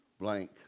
blank